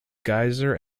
geyser